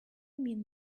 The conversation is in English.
mean